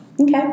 Okay